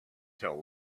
tell